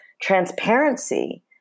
transparency